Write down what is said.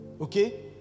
Okay